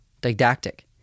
didactic